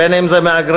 בין אם זה מהגרים,